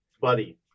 buddy